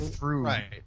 Right